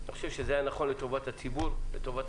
אבל אני חושב שזה היה נכון לטובת הציבור, לטובת